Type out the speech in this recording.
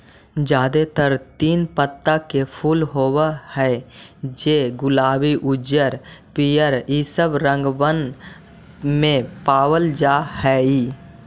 जादेतर तीन पत्ता के फूल होब हई जे गुलाबी उज्जर पीअर ईसब रंगबन में पाबल जा हई